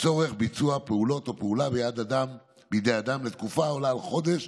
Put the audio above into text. לצורך ביצוע פעולות או פעולה בידי אדם לתקופה העולה על חודש,